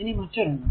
ഇനി മറ്റൊരെണ്ണം